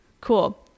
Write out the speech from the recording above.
cool